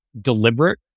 deliberate